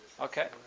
Okay